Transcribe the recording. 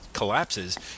Collapses